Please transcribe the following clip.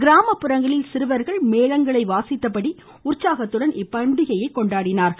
கிராமப்புறங்களில் சிறுவர்கள் மேளங்களை வாசித்தபடி உற்சாகத்துடன் இப்பண்டிகையை கொண்டாடினார்கள்